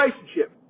relationship